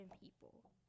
people